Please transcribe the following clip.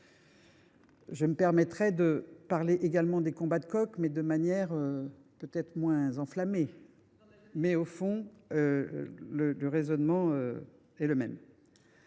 Je me permettrai de parler également des combats de coq, mais de manière moins enflammée, même si, au fond, le raisonnement est le même.